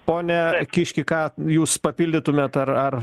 pone kiški ką jūs papildytumėt ar ar